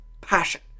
Passion